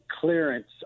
clearance